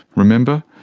remember?